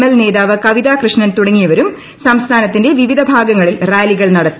L നേതാവ് കവിത കൃഷ്ണൻ തുടങ്ങിയവരും സംസ്ഥാനത്തിന്റെ വിവിധ ഭാഗങ്ങളിൽ റാലികൾ നടത്തി